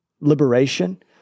liberation